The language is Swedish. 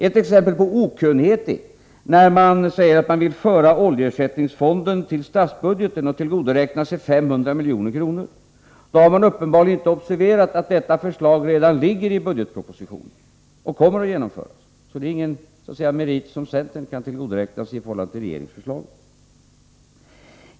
Ett exempel på okunnighet är det när man säger att man vill föra oljeersättningsfonden till statsbudgeten och på det sättet tillgodoräknar sig 500 milj.kr. Då har man uppenbarligen inte observerat att detta förslag redan ligger i budgetpropositionen och kommer att genomföras. Detta är alltså inte någon merit som centern kan tillgodoräkna sig i förhållande till regeringen.